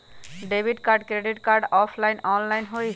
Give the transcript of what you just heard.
Debit card credit card offline online होई?